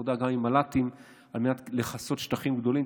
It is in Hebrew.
עבודה גם עם מל"טים על מנת לכסות שטחים גדולים.